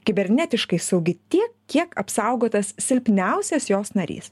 kibernetiškai saugi tie kiek apsaugotas silpniausias jos narys